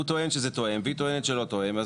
הוא טוען שזה תואם, והיא טוענת שזה לא תואם.